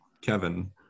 Kevin